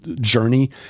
Journey